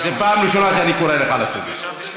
אני קורא אותך לסדר פעם ראשונה.